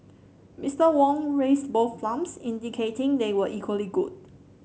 Mister Wong raised both thumbs indicating they were equally good